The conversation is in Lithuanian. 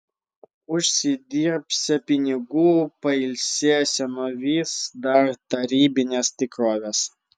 užsidirbsią pinigų pailsėsią nuo vis dar tarybinės tikrovės